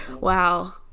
wow